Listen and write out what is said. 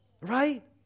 Right